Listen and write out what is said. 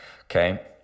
okay